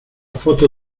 foto